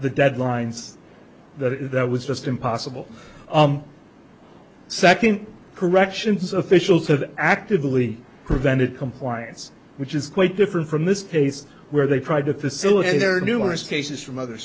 the deadlines that was just impossible second corrections officials have actively prevented compliance which is quite different from this case where they tried to facilitate their numerous cases from other